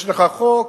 יש לך חוק,